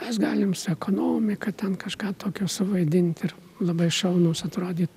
mes galim su ekonomika ten kažką tokio suvaidinti ir labai šaunūs atrodyt